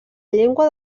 llengua